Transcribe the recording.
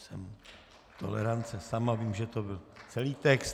Jsem tolerance sama, vím, že to byl celý text.